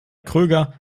kröger